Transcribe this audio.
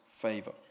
favor